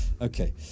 Okay